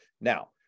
Now